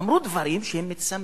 אמרו דברים מצמררים.